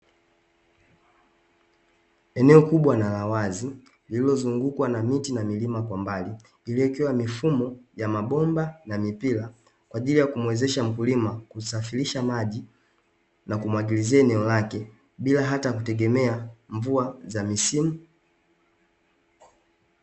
Eneo kubwa na la wazi lililozungukwa na miti na milima kwa mbali iliyowekewa mifumo ya mabomba na mipira kwa ajili ya kumuwezesha mkulima kusafirisha maji na kumwagilizia eneo lake bila hata kutegemea mvua za misimu.